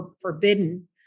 forbidden